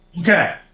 Okay